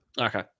Okay